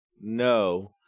No